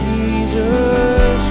Jesus